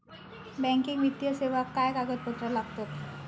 Banking वित्तीय सेवाक काय कागदपत्र लागतत?